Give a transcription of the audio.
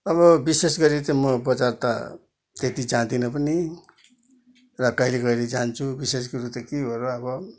अब विशेष गरी चाहिँ म बजार त त्यति जाँदिनँ पनि र कहिले कहिले जान्छु विशेष कुरो त के हो र अब